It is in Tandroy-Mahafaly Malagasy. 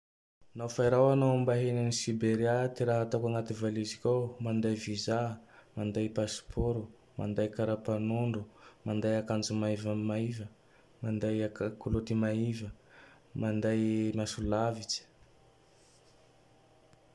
Nao fa i raho hanao mbahiny any Siberia. Ty raha ataoko anaty valiziko ao. Manday vizà, manday pasipôro, manday kara-panondro, manday akanjo maivamaiva, manday kilôty maiva, manday maso lavitsy.